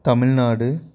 Tamil Nadu